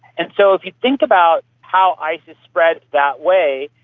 and so if you think about how isis spreads that way,